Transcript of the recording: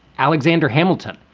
alexander hamilton,